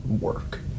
work